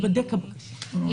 ...